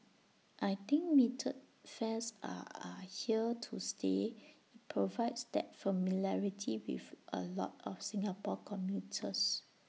I think metered fares are are here to stay provides that familiarity with A lot of Singapore commuters